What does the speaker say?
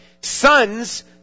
Sons